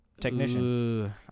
technician